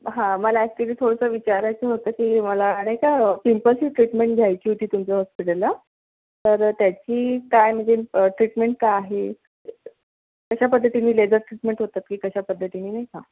हा मला ॲक्चुअली थोडंसं विचारायचं होतं की मला नाही का पिम्पल्सची ट्रीटमेंट घ्यायची होती तुमच्या हॉस्पिटलला तर त्याची काय म्हणजे ट्रीटमेंट काय आहे कशा पद्धतीने लेझर ट्रीटमेंट होतात की कशा पद्धतीने नाही का